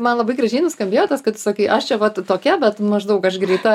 man labai gražiai nuskambėjo tas kad tu sakai aš čia vat tokia bet maždaug aš greita